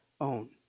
own